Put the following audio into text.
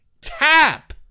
tap